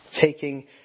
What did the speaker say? taking